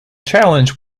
challenge